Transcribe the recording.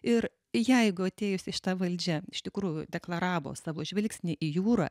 ir jeigu atėjusi šita valdžia iš tikrųjų deklaravo savo žvilgsnį į jūrą